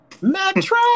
Metro